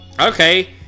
okay